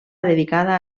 dedicada